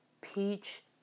peach